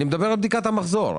אני מדבר על בדיקת המחזור.